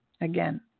Again